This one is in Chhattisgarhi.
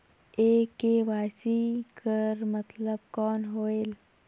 ये के.वाई.सी कर मतलब कौन होएल?